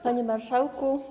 Panie Marszałku!